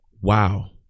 Wow